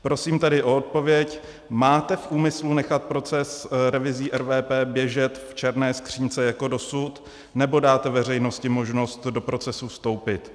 Prosím tedy o odpověď: Máte v úmyslu nechat proces revizí RVP běžet v černé skříňce jako dosud, nebo dáte veřejnosti možnost do procesu vstoupit?